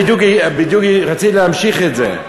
בדיוק רציתי להמשיך את זה,